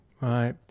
right